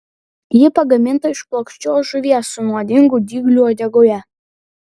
ji pagaminta iš plokščios žuvies su nuodingu dygliu uodegoje